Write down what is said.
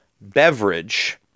beverage